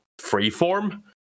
freeform